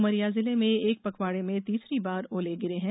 उमरिया जिले में एक पखवाड़े में तीसरी बार ओले गिरे हैं